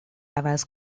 عوض